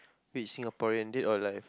which Singaporean dead or alive